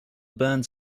burns